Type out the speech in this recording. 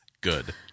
Good